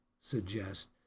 suggest